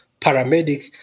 paramedic